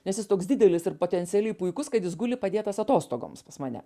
nes jis toks didelis ir potencialiai puikus kad jis guli padėtas atostogoms pas mane